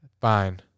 Fine